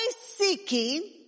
seeking